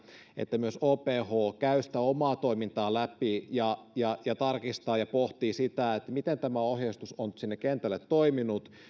että myös oph oph käy sitä omaa toimintaansa läpi ja ja tarkistaa ja pohtii sitä miten tämä ohjeistus on sinne kentälle toiminut